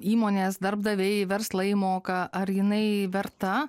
įmonės darbdaviai verslai moka ar jinai verta